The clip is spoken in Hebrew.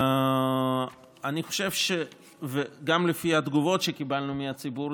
אני חושב שגם לפי התגובות שקיבלנו מהציבור,